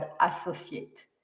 associate